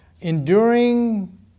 enduring